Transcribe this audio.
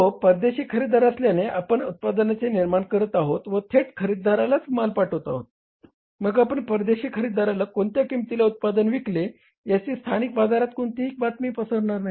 तो परदेशी खरेदीदार असल्याने आपण उत्पादनाचे निर्माण करत आहोत व थेट खरेदीदारालाच माल पाठवत आहोत मग आपण परदेशी खरेदीदाराला कोणत्या किंमतीला उत्पादन विकले याची स्थानिक बाजारात कोणतीही बातमी पसरणार नाही